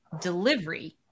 delivery